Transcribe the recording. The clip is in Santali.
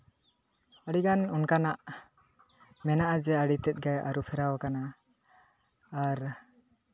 ᱟᱹᱰᱤᱜᱟᱱ ᱚᱱᱠᱟᱱᱟᱜ ᱢᱮᱱᱟᱜᱼᱟ ᱡᱮ ᱟᱹᱰᱤ ᱛᱮᱫ ᱜᱮ ᱟᱹᱨᱩ ᱯᱷᱮᱨᱟᱣ ᱟᱠᱟᱱᱟ ᱟᱨ